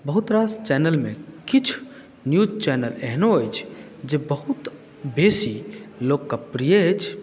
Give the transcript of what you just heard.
बहुत रास चैनलमे किछु न्यूज़ चैनल एहनो अछि जे बहुत बेसी लोकप्रिय अछि